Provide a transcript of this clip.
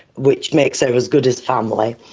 which makes her as good as family,